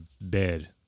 bed